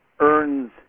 earns